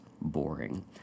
boring